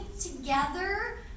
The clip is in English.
together